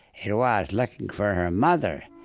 it was looking for her mother,